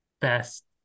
best